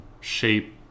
shape